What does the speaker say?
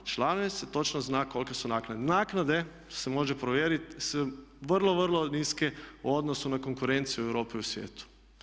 Članovima se točno zna kolike su naknade, naknade se može provjeriti su vrlo, vrlo niske u odnosu na konkurenciju u Europi i svijetu.